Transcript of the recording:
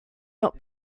not